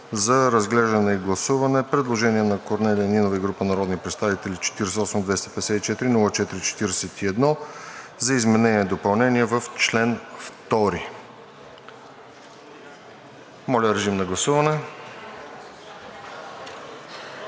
за разглеждане и гласуване предложение на Корнелия Нинова и група народни представители, № 48-254-04-41, за изменение и допълнение в чл. 2. Моля, режим на гласуване.